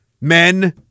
Men